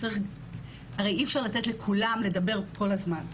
הרי אי אפשר לתת לכולם לדבר כל הזמן.